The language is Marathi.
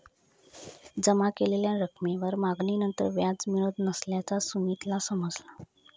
जमा केलेल्या रकमेवर मागणीनंतर व्याज मिळत नसल्याचा सुमीतला समजला